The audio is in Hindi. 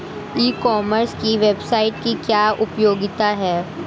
ई कॉमर्स की वेबसाइट की क्या उपयोगिता है?